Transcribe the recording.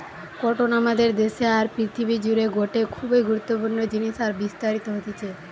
cotton আমাদের দেশে আর পৃথিবী জুড়ে গটে খুবই গুরুত্বপূর্ণ জিনিস আর বিস্তারিত হতিছে